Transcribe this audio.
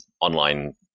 online